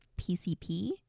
PCP